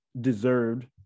deserved